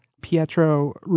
Pietro